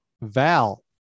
Val